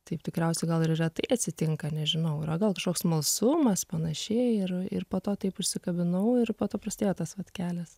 taip tikriausiai gal ir yra tai atsitinka nežinau yra gal kažkoks smalsumas panašiai ir ir po to taip užsikabinau ir poto prasidėjo tas vat kelias